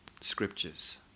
scriptures